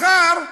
מחר,